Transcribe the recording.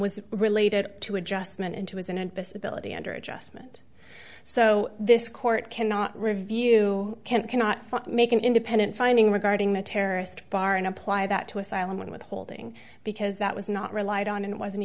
was related to adjustment into his in admissibility under adjustment so this court cannot review can't cannot make an independent finding regarding the terrorist bar and apply that to asylum withholding because that was not relied on and wasn't